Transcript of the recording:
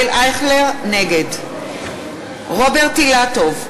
נגד רוברט אילטוב,